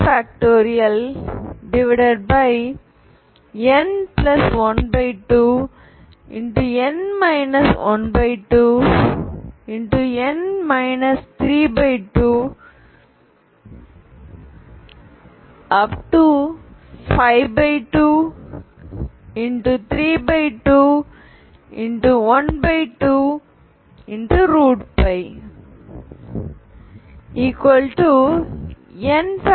2n122n 122n 3252